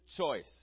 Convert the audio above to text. choice